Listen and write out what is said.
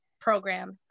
program